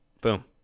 Boom